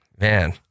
man